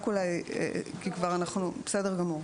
בסדר גמור.